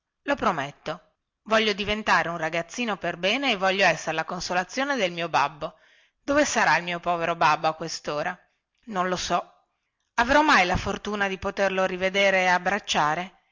lo prometto voglio diventare un ragazzino perbene e voglio essere la consolazione del mio babbo dove sarà il mio povero babbo a questora non lo so avrò mai la fortuna di poterlo rivedere e abbracciare